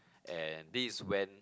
and this is when